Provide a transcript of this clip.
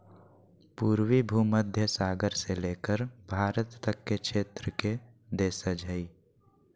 पूर्वी भूमध्य सागर से लेकर भारत तक के क्षेत्र के देशज हइ